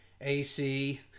AC